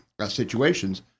situations